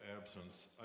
absence